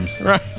Right